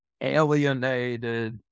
alienated